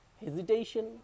hesitation